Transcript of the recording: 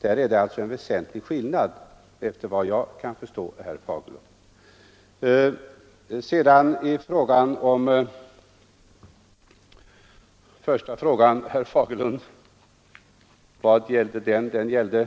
Där föreligger en väsentlig skillnad efter vad jag kan förstå. Herr Fagerlunds första fråga gällde